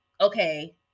okay